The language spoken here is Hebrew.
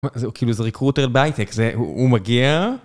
זהו כאילו זה recruiter בהייטק, זה הוא מגיע